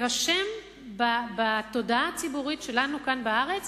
תירשם בתודעה הציבורית שלנו כאן בארץ